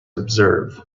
observe